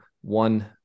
one